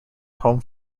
home